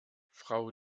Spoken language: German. frau